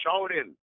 shouting